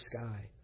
sky